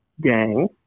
gang